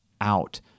out